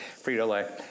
Frito-Lay